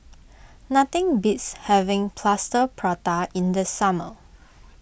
nothing beats having Plaster Prata in the summer